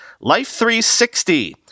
Life360